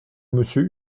monsieur